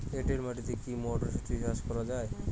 এটেল মাটিতে কী মটরশুটি চাষ করা য়ায়?